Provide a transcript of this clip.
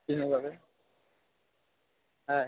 বিহুৰ বাবে হয়